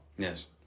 Yes